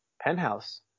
penthouse